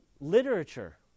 literature